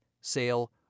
sale